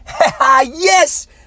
Yes